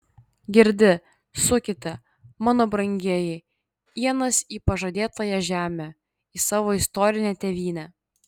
girdi sukite mano brangieji ienas į pažadėtąją žemę į savo istorinę tėvynę